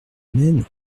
maine